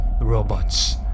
robots